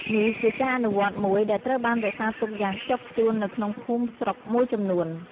នេះជាការអនុវត្តមួយដែលត្រូវបានរក្សាទុកយ៉ាងខ្ជាប់ខ្ជួននៅក្នុងភូមិស្រុកមួយចំនួន។